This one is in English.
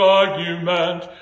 argument